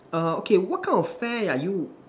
err okay what kind of fair are you